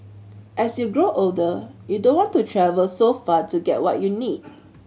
as you grow older you don't want to travel so far to get what you need